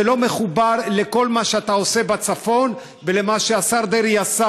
זה לא מחובר לכל מה שאתה עושה בצפון ולמה שהשר דרעי עשה,